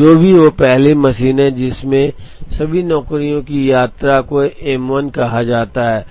तो जो भी पहली मशीन है जिसे सभी नौकरियों की यात्रा को M 1 कहा जाता है